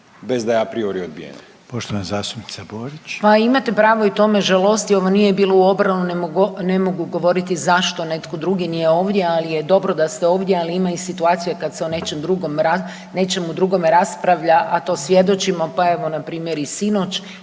zastupnica Borić. **Borić, Rada (NL)** Pa imate pravo, i to me žalosti zašto ne mogu govoriti zašto netko drugi nije ovdje ali dobro da ste ovdje, ali ima i situacija kad se o nečemu drugom raspravlja a to svjedočimo, pa evo npr. i sinoć,